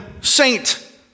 Saint